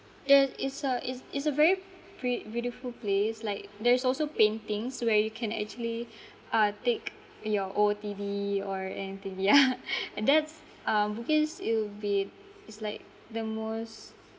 there is a is is a very pre~ beautiful place like there's also paintings where you can actually uh take your O_T_O_T or anything yeah that's uh bugis it'll be is like the most